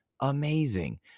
Amazing